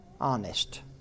Honest